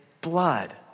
blood